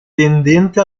tendente